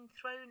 thrown